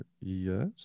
Yes